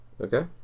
Okay